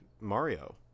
mario